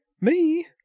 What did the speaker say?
Me